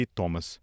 Thomas